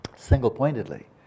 single-pointedly